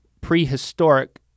prehistoric